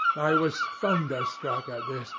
i was thunderstruck at this,